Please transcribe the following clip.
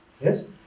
Yes